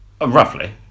Roughly